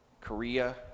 Korea